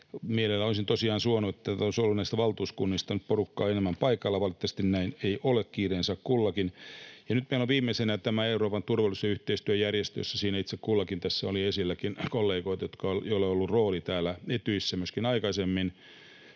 Mielellään olisin tosiaan suonut, että olisi ollut näistä valtuuskunnista nyt porukkaa enemmän paikalla. Valitettavasti näin ei ole, kiireensä kullakin. Nyt meillä on viimeisenä tämä Euroopan turvallisuus- ja yhteistyöjärjestö, ja tässä oli esillä kollegoita, joilla on ollut rooli täällä Etyjissä myöskin aikaisemmin.